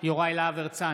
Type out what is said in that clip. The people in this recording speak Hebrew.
יוראי להב הרצנו,